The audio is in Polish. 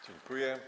Dziękuję.